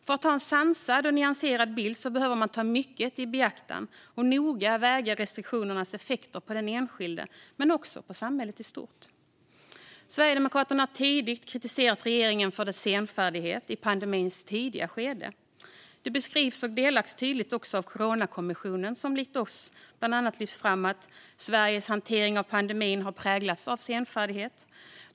För att ha en sansad och nyanserad bild behöver man ta mycket i beaktande och noga väga restriktionernas effekter för den enskilde men också för samhället i stort. Sverigedemokraterna har tidigt kritiserat regeringen för dess senfärdighet i pandemins tidiga skede. Detta beskrivs tydligt också av Coronakommissionen, som likt oss bland annat lyft fram att Sveriges hantering av pandemin har präglats av senfärdighet.